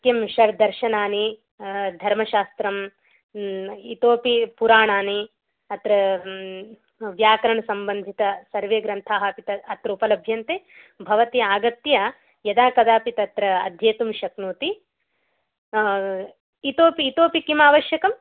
किं षड्दर्शनानि धर्मशास्त्रम् इतोपि पुराणानि अत्र व्याकरणसम्बन्धितसर्वे ग्रन्थाः अत्र उपलभ्यन्ते भवती आगत्य यदा कदापि तत्र अध्येतुं शक्नोति इतोपि इतोपि किम् आवश्यकम्